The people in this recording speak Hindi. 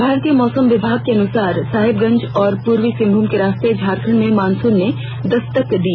भारतीय मौसम विभाग के अनुसार साहिबगंज और पूर्वी सिंहभूम के रास्ते झारखंड में मॉनसून ने दस्तक दी